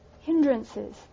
hindrances